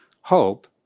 hope